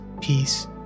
peace